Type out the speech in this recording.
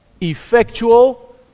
Effectual